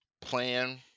plan